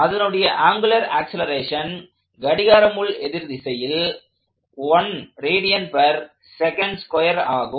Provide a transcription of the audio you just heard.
அதனுடைய angular acceleration கடிகார எதிர் திசையில் ஆகும்